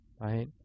right